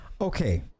okay